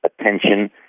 attention